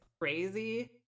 crazy